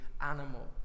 animal